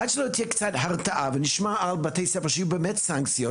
עד שלא תהיה קצת הרתעה ונשמע על בתי ספר שיהיו בהם באמת סנקציות,